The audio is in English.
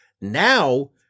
Now